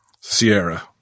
Sierra